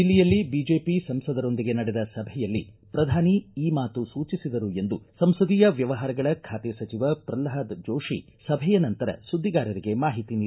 ದಿಲ್ಲಿಯಲ್ಲಿ ಬಿಜೆಪಿ ಸಂಸದರೊಂದಿಗೆ ನಡೆದ ಸಭೆಯಲ್ಲಿ ಪ್ರಧಾನಿ ಸೂಚಿಸಿದರು ಎಂದು ಸಂಸದೀಯ ವ್ವವಹಾರಗಳ ಬಾತೆ ಸಚಿವ ಪ್ರಲ್ಹಾದ್ ಜೋತಿ ಸಭೆಯ ನಂತರ ಸುದ್ದಿಗಾರರಿಗೆ ಮಾಹಿತಿ ನೀಡಿದರು